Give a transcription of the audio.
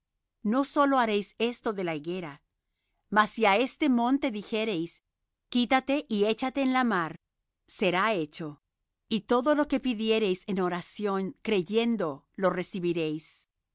no sólo haréis esto de la higuera mas si á este monte dijereis quítate y échate en la mar será hecho y todo lo que pidiereis en oración creyendo lo recibiréis